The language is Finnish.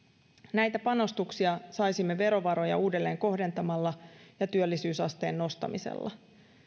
näitä panostuksia saisimme verovaroja uudelleen kohdentamalla ja työllisyysasteen nostamisella